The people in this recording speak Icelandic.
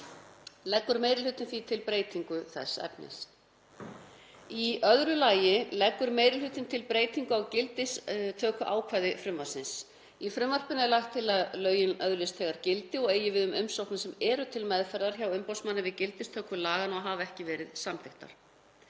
Leggur meiri hlutinn því til breytingu þess efnis. Í öðru lagi leggur meiri hlutinn til breytingu á gildistökuákvæði frumvarpsins. Í frumvarpinu er lagt til að lögin öðlist þegar gildi og eigi við um umsóknir sem eru til meðferðar hjá umboðsmanni við gildistöku laganna og hafa ekki verið samþykktar.